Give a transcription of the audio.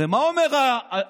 ומה אומר השמאל?